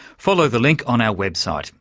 follow the link on our website.